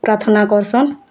ପ୍ରାର୍ଥନା କରସନ୍